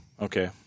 Okay